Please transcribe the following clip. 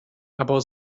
aber